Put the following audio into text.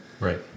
right